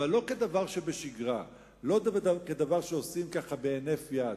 אבל לא כדבר שבשגרה, לא דבר שעושים בהינף יד.